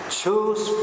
choose